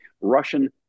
Russian